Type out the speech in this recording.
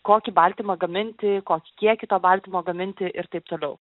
kokį baltymą gaminti kokį kiekį to baltymo gaminti ir taip toliau